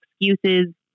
excuses